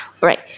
Right